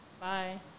Bye